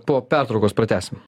po pertraukos pratęsim